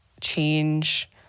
change